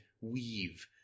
weave